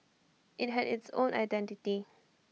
IT had its own identity